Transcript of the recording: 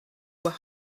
were